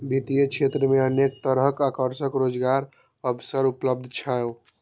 वित्तीय क्षेत्र मे अनेक तरहक आकर्षक रोजगारक अवसर उपलब्ध छै